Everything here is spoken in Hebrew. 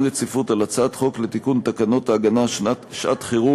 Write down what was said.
רציפות על הצעת חוק לתיקון תקנות ההגנה (שעת-חירום)